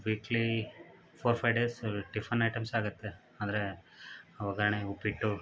weekly four five days tiffin items ಆಗುತ್ತೆ ಆದರೆ ಒಗ್ಗರ್ಣೆ ಉಪ್ಪಿಟ್ಟು